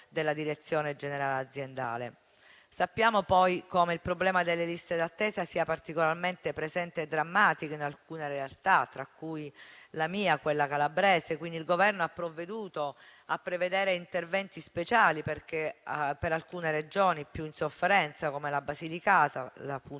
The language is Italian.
della direzione generale aziendale. Sappiamo poi come il problema delle liste d'attesa sia particolarmente presente e drammatico in alcune realtà, tra cui la mia, quella calabrese. Il Governo ha pertanto previsto interventi speciali in alcune Regioni più in sofferenza, come la Basilicata, la